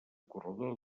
corredor